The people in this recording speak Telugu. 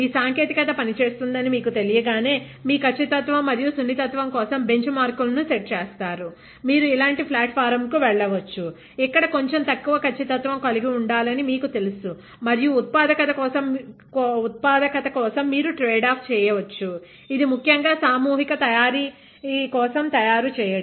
మీ సాంకేతికత పనిచేస్తుందని మీకు తెలియగానే మీ ఖచ్చితత్వం మరియు సున్నితత్వం కోసం బెంచ్ మార్క్ లను సెట్ చేస్తారు మీరు ఇలాంటి ఫ్లాట్ ఫారం కు వెళ్ళవచ్చు ఇక్కడ కొంచెం తక్కువ ఖచ్చితత్వం ఉండాలని మీకు తెలుసు మరియు ఉత్పాదకత కోసం మీరు ట్రేడ్ ఆఫ్ చేయవచ్చు ఇది ముఖ్యంగా సామూహిక తయారీ కోసం తయారు చేయడం